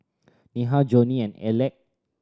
Neha Johnie and Aleck